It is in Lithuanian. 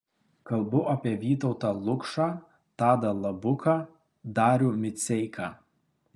kalbu apie vytautą lukšą tadą labuką darių miceiką